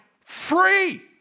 free